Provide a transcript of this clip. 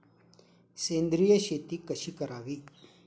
सेंद्रिय शेती कशी करावी?